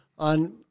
On